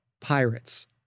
pirates